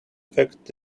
effect